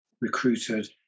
recruited